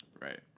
Right